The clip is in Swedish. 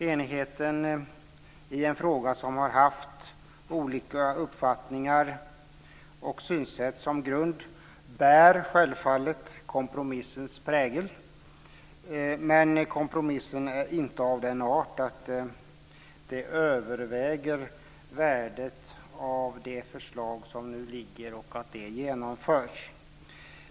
Enigheten i en fråga där man har haft olika uppfattningar och synsätt bär självfallet kompromissens prägel, men kompromissen är inte av den art att det negativa överväger värdet av det förslag som nu föreligger och värdet av att det genomförs.